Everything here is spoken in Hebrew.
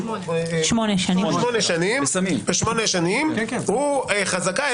הוא חזקה,